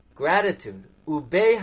gratitude